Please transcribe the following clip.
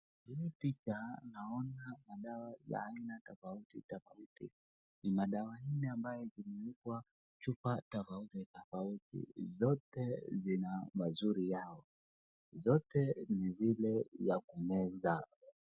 Hii picha naona madawa ya aina tofauti tofauti ni madawa imewekwa kwa chupa tofauti zote zina mazuri yao zote ni zile za kumeza .